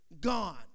Gone